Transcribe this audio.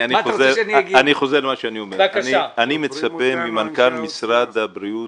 אני מצפה ממנכ"ל משרד הבריאות,